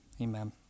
Amen